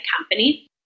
company